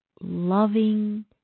loving